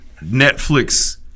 Netflix